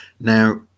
now